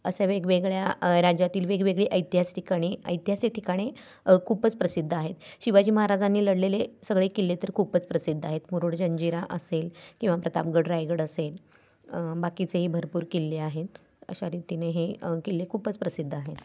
अशा वेगवेगळ्या राज्यातील वेगवेगळी ऐतिहास ठिकाणे ऐतिहासिक ठिकाणे खूपच प्रसिद्ध आहेत शिवाजी महाराजांनी लढलेले सगळे किल्ले तर खूपच प्रसिद्ध आहेत मुरुड जंजिरा असेल किंवा प्रतापगड रायगड असेल बाकीचेही भरपूर किल्ले आहेत अशा रीतीने हे किल्ले खूपच प्रसिद्ध आहेत